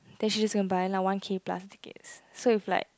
then she just going to buy one K plus ticket so is like